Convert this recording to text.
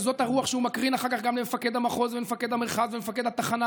וזאת הרוח שהוא מקרין אחר כך גם למפקד המחוז ולמפקד המרחב ולמפקד התחנה,